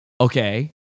Okay